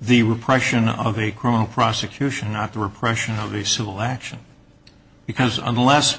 the repression of a criminal prosecution not the repression of a civil action because unless